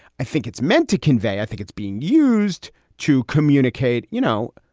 i think it's meant to convey i think it's being used to communicate. you know,